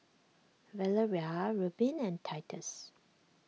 Valeria Reubin and Titus